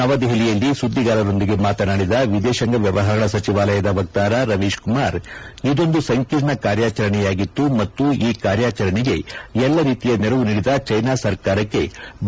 ನವದೆಹಲಿಯಲ್ಲಿ ಸುದ್ದಿಗಾರರೊಂದಿಗೆ ಮಾತನಾಡಿದ ವಿದೇಶಾಂಗ ವ್ಯವಹಾರಗಳ ಸಚಿವಾಲಯದ ವಕ್ತಾರ ರವೀಶ್ ಕುಮಾರ್ ಇದೊಂದು ಸಂಕೀರ್ಣ ಕಾರ್ಯಾಚರಣೆಯಾಗಿತ್ತು ಮತ್ತು ಈ ಕಾರ್ಯಾಚರಣೆಗೆ ಎಲ್ಲಾ ರೀತಿಯ ನೆರವು ನೀಡಿದ ಚೀನಾ ಸರ್ಕಾರಕ್ಕೆ ಭಾರತ ಆಭಾರಿಯಾಗಿದೆ ಎಂದು ತಿಳಿಸಿದರು